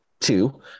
two